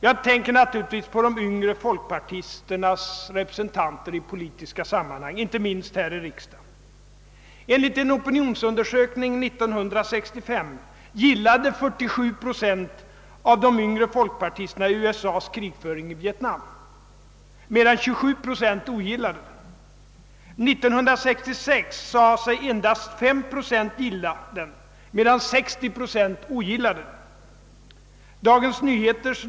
Jag tänker naturligtvis på de yngre folkpartisternas representanter i politiska sammanhang, inte minst här i riksdagen. Enligt en opinionsundersökning 1965 gillade 47 procent av de yngre folkpartisterna USA:s krigföring i Vietnam, medan 27 procent ogillade den. år 1966 sade sig endast 5 procent gilla den, medan 60 procent ogillade den.